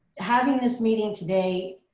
having this meeting today,